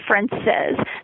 differences